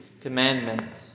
commandments